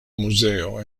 muzeo